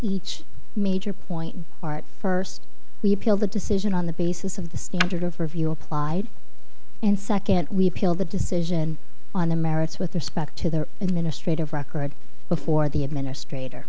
each major point first we appealed the decision on the basis of the standard of review applied and second we appealed the decision on the merits with respect to the administrative record before the administrator